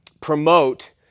promote